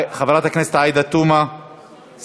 חברת הכנסת עאידה תומא סלימאן,